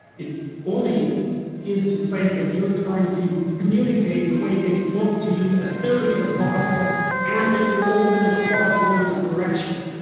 it only is to claim that you're trying to communicate the way things look to you as clearly as possible and that you're open to the possibility of correction.